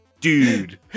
Dude